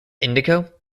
indigo